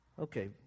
Okay